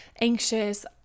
anxious